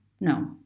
No